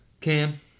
Cam